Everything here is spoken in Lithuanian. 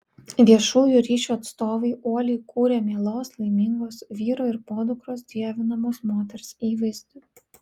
viešųjų ryšių atstovai uoliai kūrė mielos laimingos vyro ir podukros dievinamos moters įvaizdį